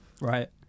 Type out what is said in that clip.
Right